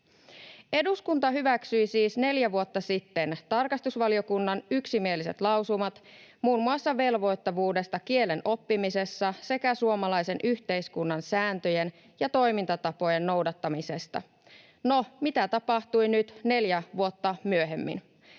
Eduskunta hyväksyi siis neljä vuotta sitten tarkastusvaliokunnan yksimieliset lausumat muun muassa velvoittavuudesta kielen oppimisessa sekä suomalaisen yhteiskunnan sääntöjen ja toimintatapojen noudattamisesta. No, mitä tapahtui nyt neljä vuotta myöhemmin?